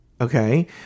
okay